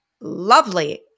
lovely